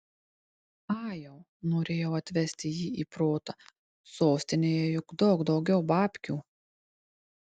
ajau norėjau atvesti jį į protą sostinėje juk daug daugiau babkių